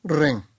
ring